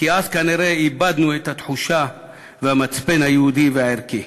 כי אז כנראה איבדנו את התחושה והמצפן היהודי והערכי.